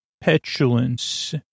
Petulance